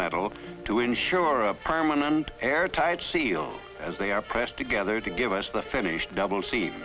metal to ensure a permanent air tight seal as they are pressed together to give us the finished double s